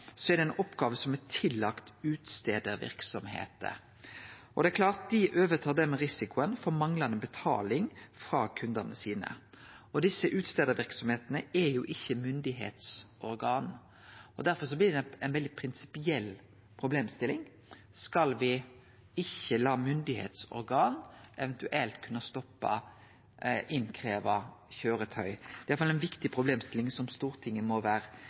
er ei oppgåve som er lagd til utskrivarverksemder som skal sende ut krav. Det er klart at dei overtar risikoen for manglande betaling frå kundane sine. Desse utskrivarverksemdene er jo ikkje myndigheitsorgan, og derfor blir det ei veldig prinsipiell problemstilling. Skal me ikkje la myndigheitsorgan eventuelt kunne stoppe innkravde køyretøy? Det er iallfall ei viktig problemstilling som Stortinget må vere